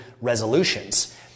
resolutions